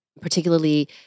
particularly